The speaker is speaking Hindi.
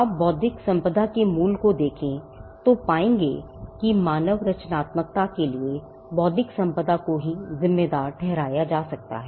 आप बौद्धिक संपदा के मूल को देखें तो पाएंगे कि मानव रचनात्मकता के लिए बौद्धिक संपदा को ही जिम्मेदार ठहराया जा सकता है